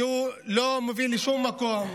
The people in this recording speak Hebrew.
שלא מוביל לשום מקום.